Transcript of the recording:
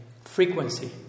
frequency